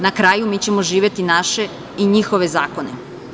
Na kraju, mi ćemo živeti naše i njihove zakone.